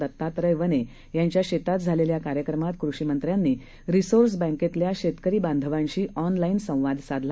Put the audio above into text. दत्तात्रय वने यांच्या शेतात झालेल्या कार्यक्रमात कृषीमंत्र्यांनी रिसोर्स बँकेतल्या शेतकरी बांधवांशी ऑनलाईन संवाद साधला